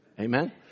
Amen